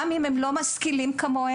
גם אם הם לא משכילים כמוהם.